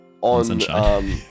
on